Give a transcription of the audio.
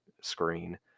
screen